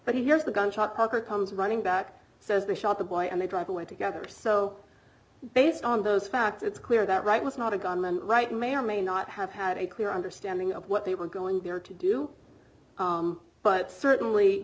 but he hears the gun shop worker comes running back says they shot the boy and they drive away together so based on those facts it's clear that wright was not a gunman right may or may not have had a clear understanding of what they were going there to do but certainly